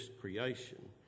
creation